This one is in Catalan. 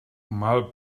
mal